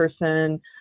person